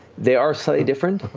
they are slightly different,